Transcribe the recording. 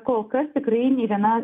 kol kas tikrai nė viena